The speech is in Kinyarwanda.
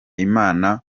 imana